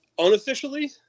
unofficially